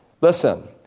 Listen